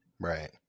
Right